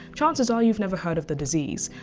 chances are you've never heard of the disease.